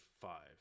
five